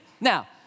Now